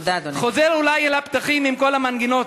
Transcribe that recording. חוזר אולי על הפתחים / עם כל המנגינות.